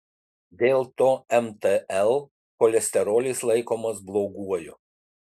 dėl to mtl cholesterolis laikomas bloguoju